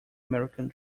american